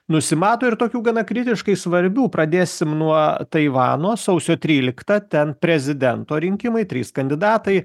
nusimato ir tokių gana kritiškai svarbių pradėsim nuo taivano sausio trylikta ten prezidento rinkimai trys kandidatai